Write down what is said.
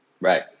Right